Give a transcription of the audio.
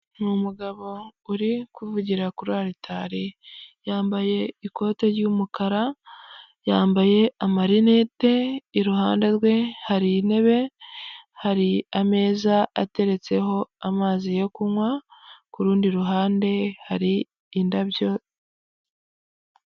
Ni umugabo uri kuvugira kuri aritari yambaye ikote ry'umukara, yambaye amarinete, iruhande rwe hari intebe, hari ameza ateretseho amazi yo kunywa ku rundi ruhande hari indabyo.